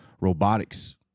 robotics